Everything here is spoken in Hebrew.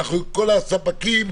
כל הספקים,